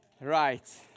Right